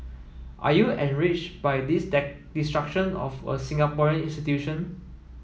are you enraged by this destruction of a Singaporean institution